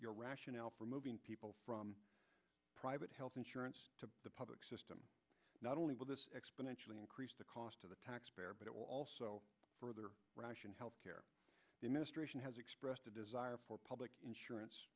your rationale for moving people from private health insurance to the public system not only will this exponentially the cost to the taxpayer but it will also further ration health care the ministration has expressed a desire for public insurance